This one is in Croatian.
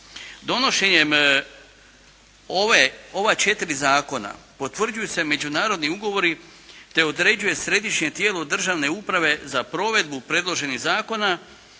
Donošenjem ova četiri zakona potvrđuju se međunarodni ugovori, te određuje središnje tijelo državne uprave za provedbu predloženih zakona